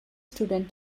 student